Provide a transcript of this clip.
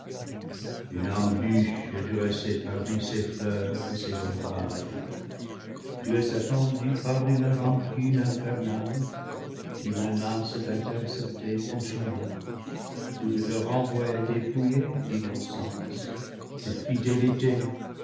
une embûche est dressée parmi ces fleurs et ces ombrages tu es attendue par une rancune infernale qui menace d'intercepter ton chemin ou de te renvoyer dépouillée d'innocence de fidélité